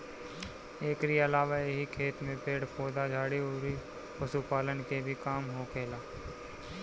एकरी अलावा एही खेत में पेड़ पौधा, झाड़ी अउरी पशुपालन के भी काम होखेला